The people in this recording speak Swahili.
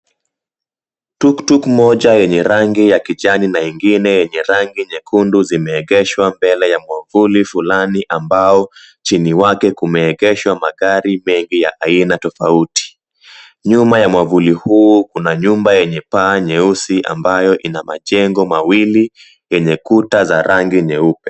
Tuktuk moja yenye rangi ya kijani na nyingine yenye rangi nyekundu zimeegeshwa mbele ya mwamvuli fulani ambao chini yake kumeegeshwa magari mengi ya aina tofauti. Nyuma ya mwamvuli huu kuna nyumba yenye paa nyeusi ambayo ina majengo mawili yenye kuta za rangi nyeupe.